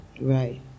Right